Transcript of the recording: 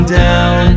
down